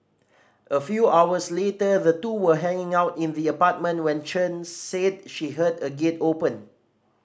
a few hours later the two were hanging out in the apartment when Chen said she heard a gate open